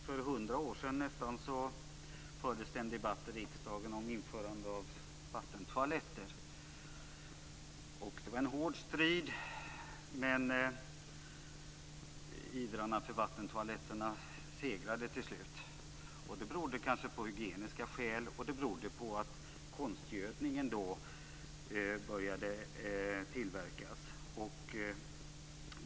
Fru talman! För nästan hundra år sedan fördes en debatt i riksdagen om införande av vattentoaletter. Det var en hård strid, men ivrarna för vattentoaletter segrade till slut. Det berodde kanske på hygieniska skäl och på att konstgödningen då började tillverkas.